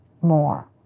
more